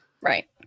Right